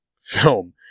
film